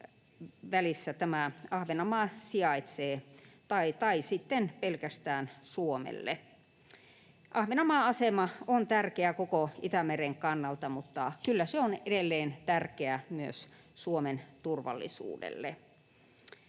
välissä Ahvenanmaa sijaitsee, tai sitten pelkästään Suomelle. Ahvenanmaan asema on tärkeä koko Itämeren kannalta, mutta kyllä se on edelleen tärkeä myös Suomen turvallisuudelle.